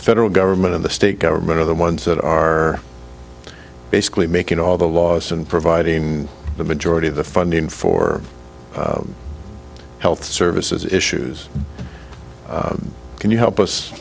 federal government of the state government are the ones that are basically making all the laws and providing the majority of the funding for health services issues can you help us